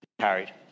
carried